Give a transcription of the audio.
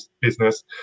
business